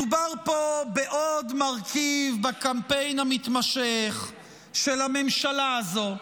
מדובר פה בעוד מרכיב בקמפיין המתמשך של הממשלה הזו,